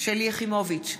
שלי יחימוביץ'